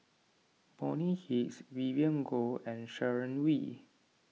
Bonny Hicks Vivien Goh and Sharon Wee